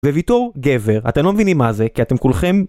וויתור, גבר, אתה לא מבינים מה זה, כי אתם כולכם...